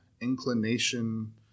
inclination